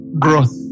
growth